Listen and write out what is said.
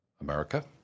America